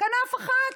כנף אחת,